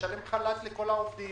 תשלם חל"ת לכל העובדים,